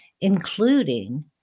including